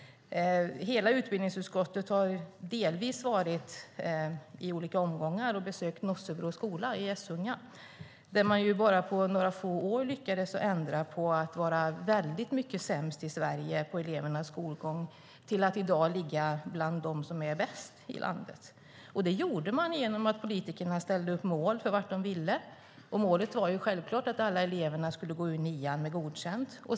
Hela utbildningsutskottet har i olika omgångar besökt Nossebro skola i Essunga där de på några få år lyckats med att ändra resultaten från att ha varit sämst i Sverige till att i dag ligga bland de bästa i landet. Det gjorde man genom att politikerna ställde upp mål för vad de ville nå, och målet var självklart att alla eleverna skulle gå ut nian med godkända betyg.